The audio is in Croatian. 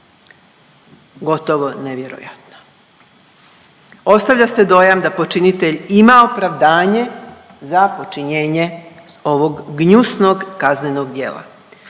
Gotovo nevjerojatno! Ostavlja se dojam da počinitelj ima opravdanje za počinjenje ovog gnjusnog kaznenog djela.